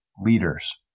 leaders